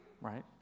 right